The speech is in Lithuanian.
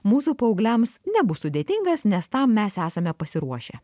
mūsų paaugliams nebus sudėtingas nes tam mes esame pasiruošę